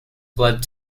blood